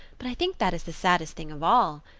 but i think that is the saddest thing of all.